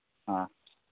हाँ